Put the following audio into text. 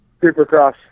Supercross